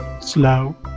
slow